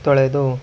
ತೊಳೆದು